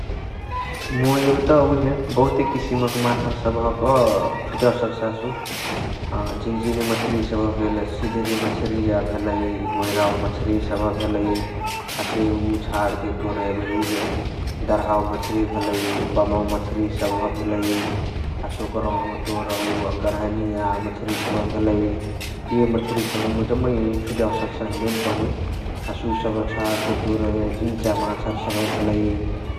मुइ एबेत उहे बहुते किसिमक माछरी सबहक छुटियवे सकसासु । अ झिझिनी मछरिय सबहा भेल, सिधरी मछरिय भेलइ, गोइरावा मछरिय सबह भेलइ । हसे उअ छाणके तोर उहे दर्हावा मछरिय भेलइ, बमवा मछरिय सबहा भेलइ । हसे ओकरहुम तोर उअ गणहनिया मछरिय सबह भेलइ । इहे मछरिय सबह मुइ जमै छुटियवे सकसाही देउनकही । हसे उअ सबह छाणके तोर इचा माछरी भेलइ ।